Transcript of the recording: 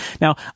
Now